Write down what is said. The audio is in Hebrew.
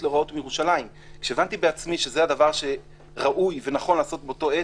להוראות מירושלים כשהבנתי בעצמי שזה הדבר שראוי ונכון לעשות באותה עת,